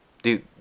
Dude